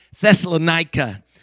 Thessalonica